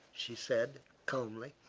she said, calmly,